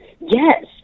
Yes